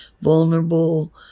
vulnerable